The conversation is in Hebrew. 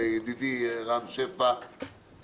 ידידי רם שפע,